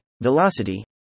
velocity